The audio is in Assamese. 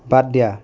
বাদ দিয়া